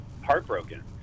heartbroken